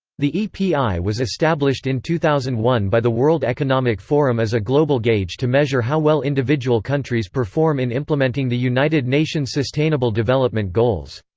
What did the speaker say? the epi was established in two thousand and one by the world economic forum as a global gauge to measure how well individual countries perform in implementing the united nations' sustainable development goals.